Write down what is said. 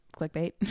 clickbait